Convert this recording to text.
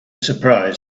surprise